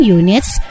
units